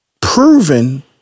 proven